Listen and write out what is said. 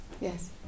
yes